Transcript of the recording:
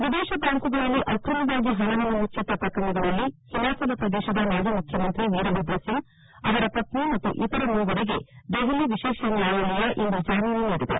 ವಿದೇಶ ಬ್ಯಾಂಕುಗಳಲ್ಲಿ ಅಕ್ರಮವಾಗಿ ಹಣವನ್ನು ಮುಚ್ಚಿಟ್ಟ ಪ್ರಕರಣದಲ್ಲಿ ಹಿಮಾಚಲ ಪ್ರದೇಶದ ಮಾಜಿ ಮುಖ್ಯಮಂತ್ರಿ ವೀರಭದ್ರಸಿಂಗ್ ಅವರ ಪತ್ತಿ ಮತ್ತು ಇತರ ಮೂವರಿಗೆ ದೆಹಲಿಯ ವಿಶೇಷ ನ್ನಾಯಾಲಯ ಇಂದು ಜಾಮೀನು ನೀಡಿದೆ